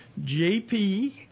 JP